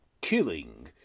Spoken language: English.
Killing